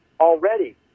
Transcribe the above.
already